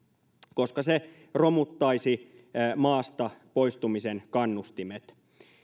koska se romuttaisi maasta poistumisen kannustimet